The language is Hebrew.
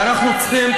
ואנחנו צריכים,